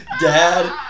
dad